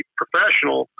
professional